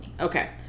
Okay